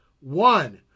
One